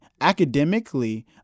academically